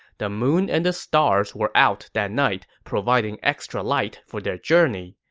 the moon and the stars were out that night, providing extra light for their journey.